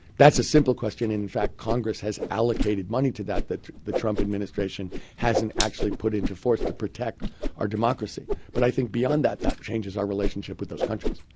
that's a simple question. and in fact, congress has allocated money to that that the trump administration hasn't actually put into force to protect our democracy. but i think beyond that, that changes our relationship with those countries.